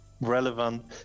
relevant